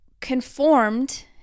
conformed